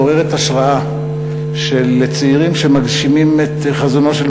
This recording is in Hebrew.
מעוררת השראה של צעירים שמגשימים את חזונו של